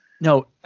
no